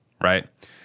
Right